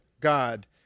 God